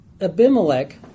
Abimelech